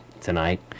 tonight